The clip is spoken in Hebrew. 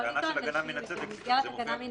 טענה של הגנה מן הצדק, זה מופיע בחוק.